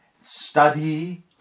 study